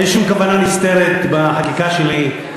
אין שום כוונה נסתרת בחקיקה שלי.